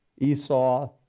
Esau